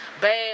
Bad